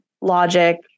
logic